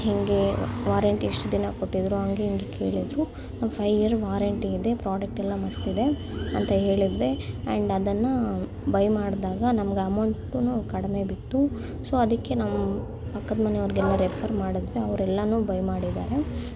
ಹಿಂಗೆ ವಾರಂಟಿ ಎಷ್ಟು ದಿನ ಕೊಟ್ಟಿದ್ರು ಹಂಗೆ ಹಿಂಗೆ ಕೇಳಿದರು ಒಂದು ಫೈವ್ ಇಯರ್ ವಾರಂಟಿ ಇದೆ ಪ್ರಾಡಕ್ಟೆಲ್ಲ ಮಸ್ತಿದೆ ಅಂತ ಹೇಳಿದರೆ ಆ್ಯಂಡ್ ಅದನ್ನು ಬೈ ಮಾಡ್ದಾಗ ನಮ್ಗೆ ಅಮೌಂಟುನು ಕಡಿಮೆ ಬಿತ್ತು ಸೊ ಅದಕ್ಕೆ ನಮ್ಮ ಪಕ್ಕದ ಮನೆಯವ್ರಿಗೆಲ್ಲ ರೆಫರ್ ಮಾಡಿದ್ರೆ ಅವರೆಲ್ಲರು ಬೈ ಮಾಡಿದ್ದಾರೆ